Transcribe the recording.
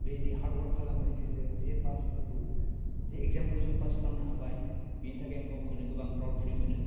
बेदि hard work खालामनायनि गेजेरजों जे पासफोरखौ जे एक्जामफोखौ जों पास खालामनो हाबाय बिनि थाखाय आं गावखौनो गोबां प्राउड फिल मोनो